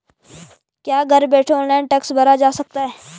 क्या घर बैठे ऑनलाइन टैक्स भरा जा सकता है?